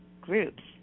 groups